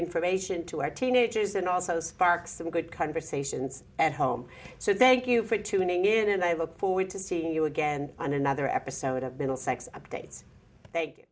information to our teenagers and also spark some good conversations at home so they get you for tuning in and i look forward to seeing you again on another episode of middlesex updates